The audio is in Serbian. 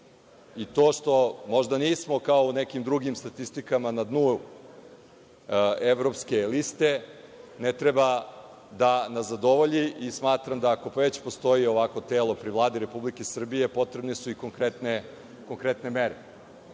I to što možda nismo kao u nekim drugim statistikama na dnu evropske liste, ne treba da nas zadovolji i smatramo da ako već postoji ovakvo telo pri Vladi Republike Srbije, potrebne su i konkretne mere. Kao